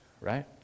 right